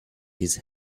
his